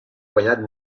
guanyat